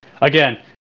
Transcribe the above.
Again